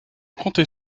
compter